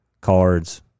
cards